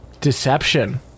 deception